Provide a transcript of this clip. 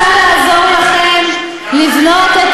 אני פשוט רוצה לעזור לכם לבנות את